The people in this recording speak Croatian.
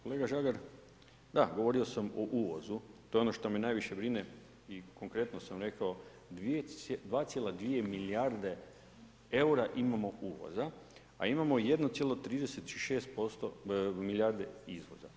Kolega Žagar, da govorio sam o uvozu, to je ono što me najviše brine i konkretno sam rekao 2,2 milijarde eura imamo uvoza a imamo 1,36% milijarde izvoza.